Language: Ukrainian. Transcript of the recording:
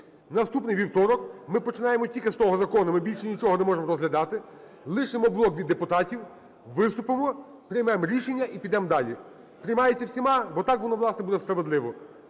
наступний вівторок ми починаємо тільки з того закону, ми більше нічого не можемо розглядати. Лишимо блок від депутатів, виступимо, приймемо рішенні і підемо далі. Приймається всіма? Бо так воно, власне, буде справедливо.